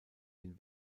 den